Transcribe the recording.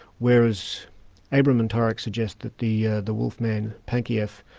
whereas abraham and torok suggest that the ah the wolf man, pankejeff,